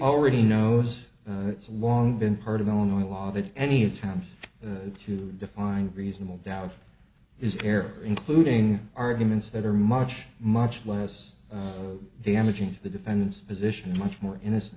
already knows it's long been part of illinois law that any attempt to define reasonable doubt is error including arguments that are much much less damaging to the defendant's position much more innocent